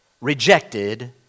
rejected